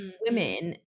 women